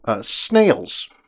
Snails